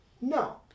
no